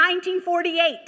1948